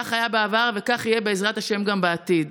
כך היה בעבר וכך יהיה, בעזרת השם, גם בעתיד.